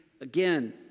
again